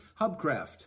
Hubcraft